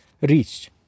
reached